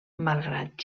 malgrat